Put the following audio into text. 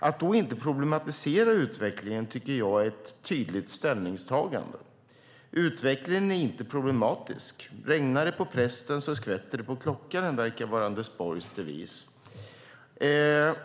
Att då inte problematisera utvecklingen tycker jag är ett tydligt ställningstagande. Utvecklingen är inte problematisk. Regnar det på prästen, skvätter det på klockaren, verkar vara Anders Borgs devis.